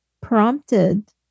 prompted